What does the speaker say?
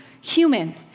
human